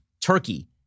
Turkey